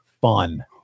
fun